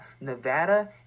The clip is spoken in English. Nevada